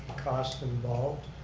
cost involved.